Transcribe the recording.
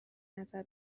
نظر